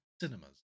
cinemas